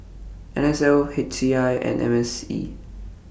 N S L H C I and M C E